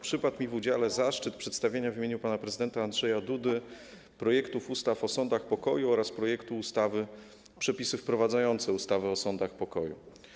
Przypadł mi w udziale zaszczyt przedstawienia w imieniu pana prezydenta Andrzeja Dudy projektu ustawy o sądach pokoju oraz projektu ustawy - Przepisy wprowadzające ustawę o sądach pokoju.